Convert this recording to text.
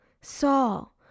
Saul